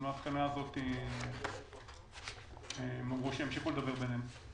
הם אמרו שהם ימשיכו לדבר ביניהם.